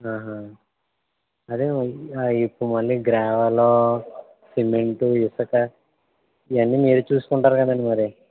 అదే మరి ఇప్ గ్రావెలూ సిమెంటు ఇసక ఇవన్నీ మీరే చూసుకుంటారు కదండి మరి